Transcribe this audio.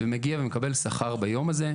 מגיע ומקבל שכר ביום הזה,